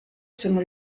sono